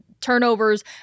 Turnovers